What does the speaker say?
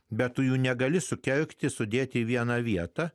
bet tu jų negali sukergti sudėti į vieną vietą